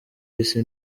isi